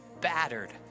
battered